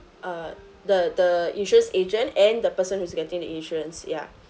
uh the the insurance agent and the person who's getting the insurance ya so